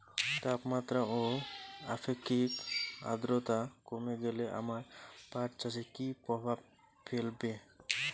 তাপমাত্রা ও আপেক্ষিক আদ্রর্তা কমে গেলে আমার পাট চাষে কী প্রভাব ফেলবে?